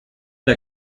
der